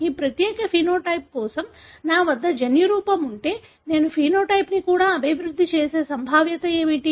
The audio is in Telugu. ఈ ప్రత్యేక సమలక్షణం కోసం నా వద్ద జన్యురూపం ఉంటే నేను సమలక్షణాన్ని కూడా అభివృద్ధి చేసే సంభావ్యత ఏమిటి